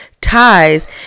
ties